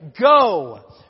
go